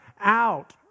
out